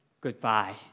goodbye